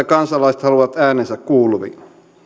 kansalaiset haluavat äänensä kuuluviin